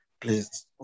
Please